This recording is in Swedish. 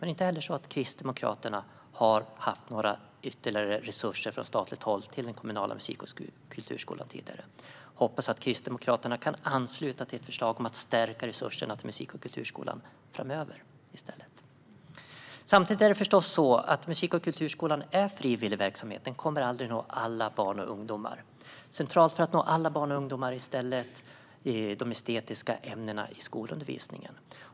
Men inte heller Kristdemokraterna har tidigare haft några ytterligare resurser från statligt håll till den kommunala musik och kulturskolan. Jag hoppas att Kristdemokraterna i stället kan ansluta sig till ett förslag om att stärka resurserna till musik och kulturskolan framöver. Samtidigt är det förstås så att musik och kulturskolan är frivillig verksamhet. Den kommer aldrig att nå alla barn och ungdomar. Det centrala för att nå alla barn och ungdomar är i stället de estetiska ämnena i skolundervisningen.